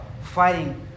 fighting